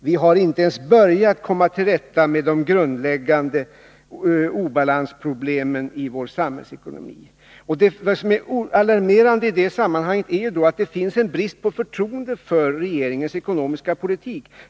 Vi har inte ens börjat komma till rätta med de grundläggande obalansproblemen i vår samhällsekonomi. Och vad som är alarmerande i sammanhanget är att det finns en brist på förtroende för regeringens ekonomiska politik.